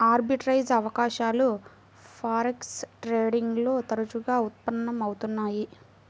arbitrage అవకాశాలు forex trading లో తరచుగా ఉత్పన్నం అవుతున్నయ్యి